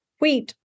wheat